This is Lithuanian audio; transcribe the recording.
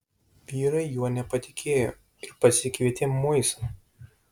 vyrai juo nepatikėjo ir pasikvietė moisą